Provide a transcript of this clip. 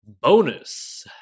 bonus